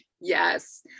Yes